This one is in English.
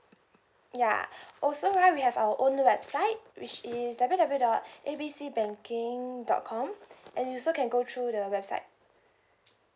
ya also right we have our own website which is W_W_W dot A B C banking dot com and you also can go through the website